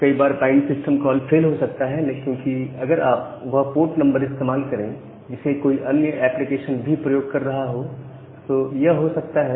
कई बार bind system call fail हो सकता है क्योंकि अगर आप वह पोर्ट नंबर इस्तेमाल करें जिसे कोई अन्य एप्लीकेशन भी प्रयोग कर रहा हो तो यह हो सकता है